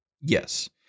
Yes